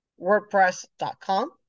WordPress.com